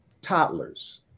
toddlers